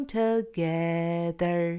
together